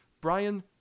Brian